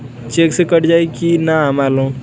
Check से cut जाई की ना हमार लोन?